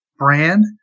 brand